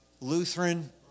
Lutheran